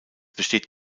besteht